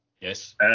Yes